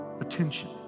attention